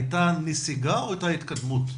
2020-2010, הייתה נסיגה או הייתה התקדמות?